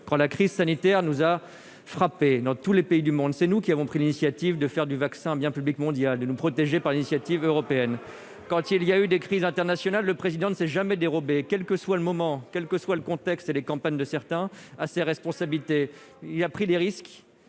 quand la crise sanitaire nous a frappé dans tous les pays du monde, c'est nous qui avons pris l'initiative de faire du vaccin bien public mondial de nous protéger par l'initiative européenne quand il y a eu des crises internationales, le président ne s'est jamais dérobé, quel que soit le moment, quel que soit le contexte et les campagnes de certains à ses responsabilités, il y a pris des risques,